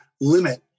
limit